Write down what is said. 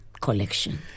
collection